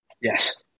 Yes